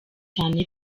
cyane